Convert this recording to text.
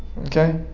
Okay